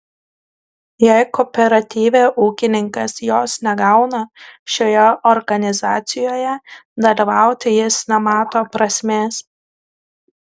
jei kooperatyve ūkininkas jos negauna šioje organizacijoje dalyvauti jis nemato prasmės